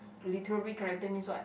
literary character means what